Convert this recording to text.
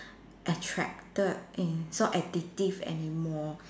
attracted and so addictive anymore